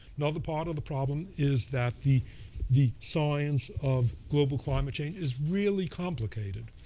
another part of the problem is that the the science of global climate change is really complicated.